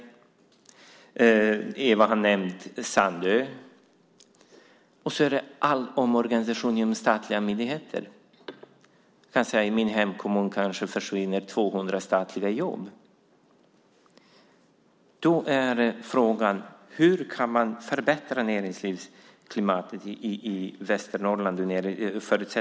Sedan tillkommer all omorganisation inom statliga myndigheter. I min hemkommun försvinner kanske 200 statliga jobb. Då är frågan: Hur kan man förbättra näringslivsklimatet i Västernorrland?